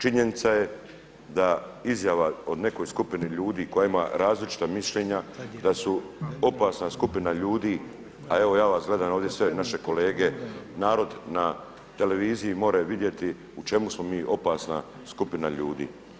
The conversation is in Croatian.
Činjenica da izjava o nekoj skupini ljudi koja ima različita mišljenja da su opasna skupina ljudi, a evo ja vas gledam ovdje sve naše kolege narod na televiziji može vidjeti u čemu smo mi opasna skupina ljudi.